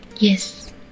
Yes